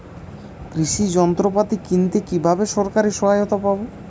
কৃষি যন্ত্রপাতি কিনতে কিভাবে সরকারী সহায়তা পাব?